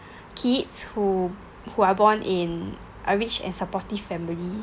kids who who are born in a rich and supportive family